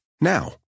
Now